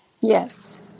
Yes